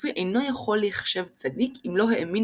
נוצרי אינו יכול להיחשב צדיק אם לא האמין